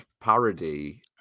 parody